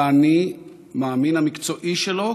באני מאמין המקצועי שלו,